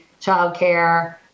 childcare